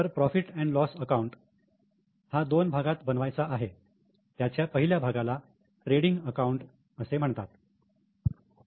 तर profit and loss account profit loss account हा दोन भागात बनवायचा आहे याच्या पहिल्या भागाला ट्रेडिंग अकाऊंट असे म्हणतात